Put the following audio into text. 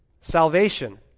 Salvation